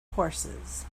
horses